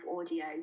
audio